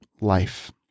life